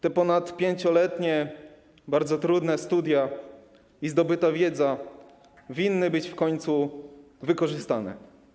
Te ponadpięcioletnie bardzo trudne studia i zdobyta wiedza winny być w końcu wykorzystane.